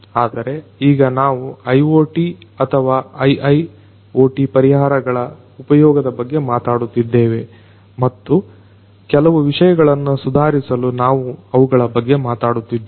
ಆದರೆ ಈಗ ನಾವು IoT ಅಥವಾ IIoT ಪರಿಹಾರಗಳ ಉಪಯೋಗದ ಬಗ್ಗೆ ಮಾತಾಡಿತ್ತಿದ್ದೇವೆ ಮತ್ತು ಕೆಲವು ವಿಷಯಗಳನ್ನ ಸುಧಾರಿಸಲು ನಾವು ಅವುಗಳ ಬಗ್ಗೆ ಮಾತಾಡುತ್ತಿದ್ದೇವೆ